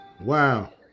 Wow